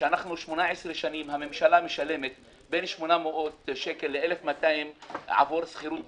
שבמשך 18 שנים הממשלה משלמת בין 800 1,200 שקל בחודש עבור שכירת דירות,